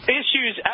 issues